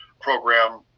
Program